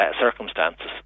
circumstances